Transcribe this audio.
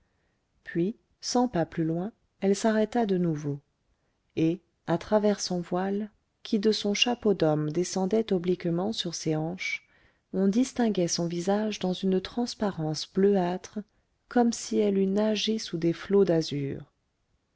puis cent pas plus loin elle s'arrêta de nouveau et à travers son voile qui de son chapeau d'homme descendait obliquement sur ses hanches on distinguait son visage dans une transparence bleuâtre comme si elle eût nagé sous des flots d'azur